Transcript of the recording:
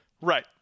Right